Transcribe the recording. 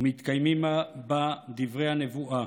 ומתקיימים בה דברי הנבואה: